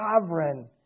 sovereign